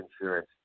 insurance